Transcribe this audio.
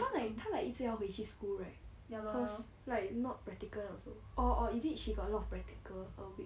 她 like 她 like 一直要回去 school right cause like not practical also or or is it she got a lot of practical a week